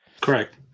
Correct